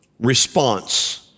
response